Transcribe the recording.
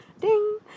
Ding